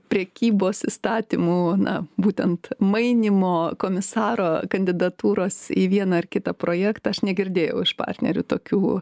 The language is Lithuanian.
prekybos įstatymų na būtent mainymo komisaro kandidatūros į vieną ar kitą projektą aš negirdėjau iš partnerių tokių